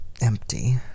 empty